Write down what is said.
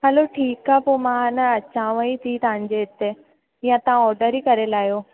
हलो ठीकु आहे पोइ मां न अचाव ई थी तव्हांजे हिते या तव्हां ऑडर ई करे लाहियो